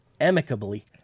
amicably